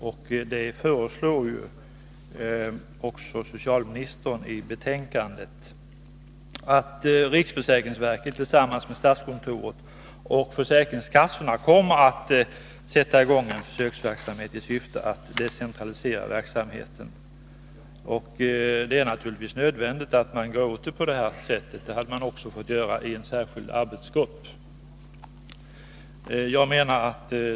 Socialministern föreslår också i propositionen att riksförsäkringsverket tillsammans med statskontoret och försäkringskassorna skall sätta i gång en försöksverksamhet i syfte att decentralisera verksamheten. Det är naturligtvis nödvändigt att man handlar på detta sätt. Det hade också en särskild arbetsgrupp fått göra.